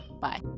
Bye